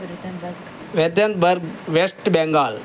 వెటన్బర్గ్ west Bengal